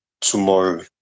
tomorrow